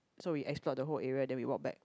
so we explore the whole area then we walk back